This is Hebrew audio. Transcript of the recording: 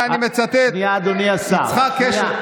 על מי אתה משקר?